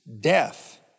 death